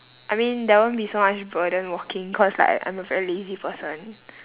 I mean there won't be so much burden walking cause like I'm a very lazy person